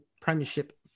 premiership